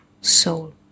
soul